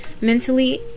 mentally